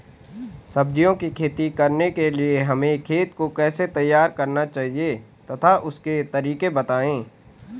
सब्जियों की खेती करने के लिए हमें खेत को कैसे तैयार करना चाहिए तथा उसके तरीके बताएं?